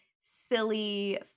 silly